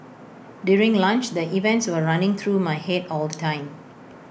during lunch the events were running through my Head all the time